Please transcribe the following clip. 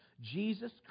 Jesus